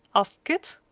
asked kit.